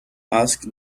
ask